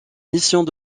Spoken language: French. missions